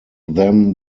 them